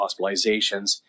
hospitalizations